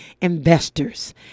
investors